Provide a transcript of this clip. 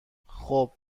خوب